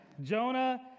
Jonah